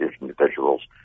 individuals